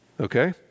Okay